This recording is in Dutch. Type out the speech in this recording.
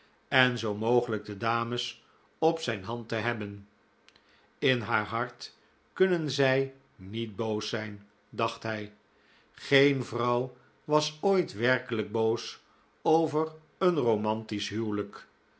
en zoo mogelijk de dames op zijn hand te hebben in haar hart kunnen zij niet boos zijn dacht hij geen vrouw was ooit werkelijk boos over een romantisch huwelijk